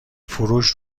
فروش